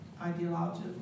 ideological